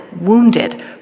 wounded